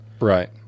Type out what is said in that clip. Right